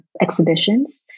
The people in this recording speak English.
exhibitions